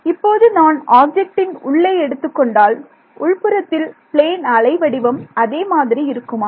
இப்போது நான் ஆப்ஜெக்ட் இன் உள்ளே எடுத்துக் கொண்டால் உள்புறத்தில் பிளைன் அலை வடிவம் அதே மாதிரி இருக்குமா